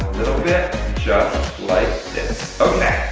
little bit just like this. okay,